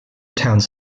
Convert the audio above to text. towns